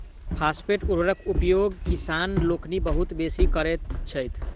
phosphate उर्वरकक उपयोग किसान लोकनि बहुत बेसी करैत छथि